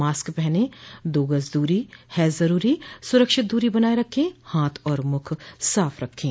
मास्की पहनें दो गज दूरी है जरूरी सुरक्षित दूरी बनाए रखें हाथ और मुंह साफ रखें